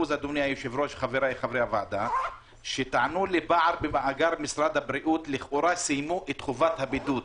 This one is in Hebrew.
9% שטענו לפער במאגר משרד הבריאות שלכאורה סיימו את חובת הבידוד.